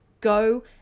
Go